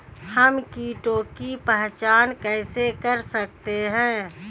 हम कीटों की पहचान कैसे कर सकते हैं?